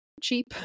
cheap